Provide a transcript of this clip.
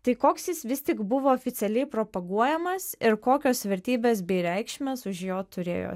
tai koks jis vis tik buvo oficialiai propaguojamas ir kokios vertybės bei reikšmės už jo turėjo